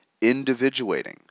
Individuating